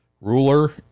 ruler